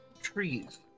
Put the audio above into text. trees